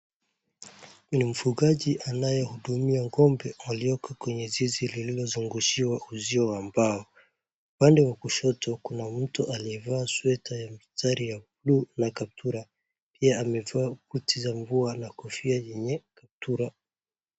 Ni mfugaji anayehudumia ng'ombe walioko kwenye zizi lililozungushiwa uzio wa mbao. Upande wa kushoto kuna mtu aliyevaa sweta ya mstari ya blue na kaptura. Pia amevaa buti za mvua na kofia yenye kaptura.